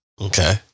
Okay